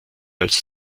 als